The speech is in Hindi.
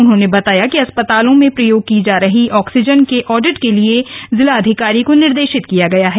उन्होने बताया कि अस्पतालों में प्रयोग की जा रही ऑक्सीजन के ऑडिट के लिए जिला अधिकारी को निर्देशित किया गया है